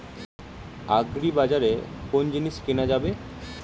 আগ্রিবাজারে কোন জিনিস কেনা যাবে?